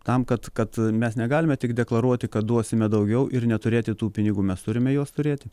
tam kad kad mes negalime tik deklaruoti kad duosime daugiau ir neturėti tų pinigų mes turime juos turėti